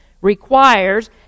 requires